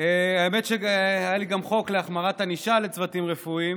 האמת היא שהיה לי גם חוק להחמרת ענישה לתוקפי צוותים רפואיים